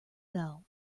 fell